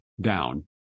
down